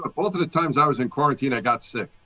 ah both of the times i was in quarantine, i got sick.